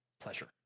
pleasure